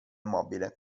immobile